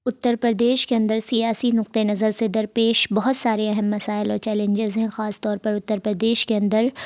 اتر پردیش کے اندر سیاسی نقطہ نظر سے درپیش بہت سارے اہم مسائل اور چیلنجز ہیں خاص طور پر اتر پردیش کے اندر